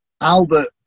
Albert